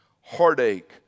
heartache